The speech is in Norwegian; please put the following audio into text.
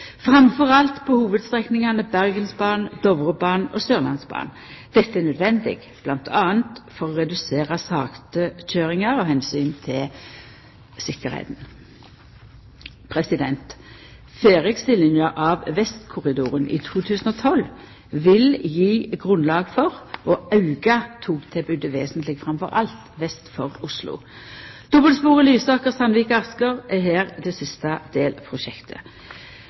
alt på hovudstrekningane Bergensbanen, Dovrebanen og Sørlandsbanen. Dette er nødvendig m.a. for å redusera saktekøyringar av omsyn til tryggleiken. Ferdigstillinga av Vestkorridoren i 2012 vil gje grunnlag for å auka togtilbodet vesentleg, framfor alt vest for Oslo. Dobbeltsporprosjektet Lysaker–Sandvika–Asker er her det siste delprosjektet.